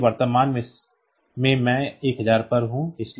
इसलिए वर्तमान में मैं 1000 पर हूं